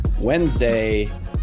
Wednesday